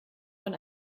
von